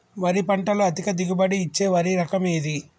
వరి పంట లో అధిక దిగుబడి ఇచ్చే వరి రకం ఏది?